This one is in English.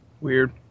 Weird